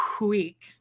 week